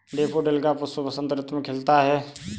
daffodil का पुष्प बसंत ऋतु में खिलता है